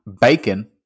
bacon